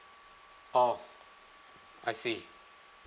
oh I see